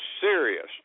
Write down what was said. serious